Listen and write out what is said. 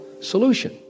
solution